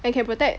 and can protect